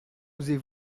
osez